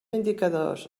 indicadors